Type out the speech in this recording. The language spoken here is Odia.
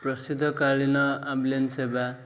ପ୍ରସିଦ୍ଧ କଳୀନ ଆମ୍ବୁଲାନ୍ସ ସେବା